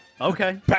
Okay